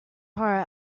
horror